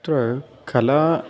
त्व कला